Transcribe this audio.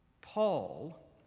Paul